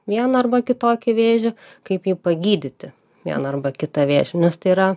vieną arba kitokį vėžį kaip jį pagydyti vieną arba kitą vėžį nes tai yra